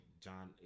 john